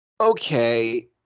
okay